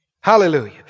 Hallelujah